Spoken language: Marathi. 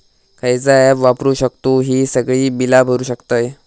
खयचा ऍप वापरू शकतू ही सगळी बीला भरु शकतय?